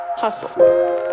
hustle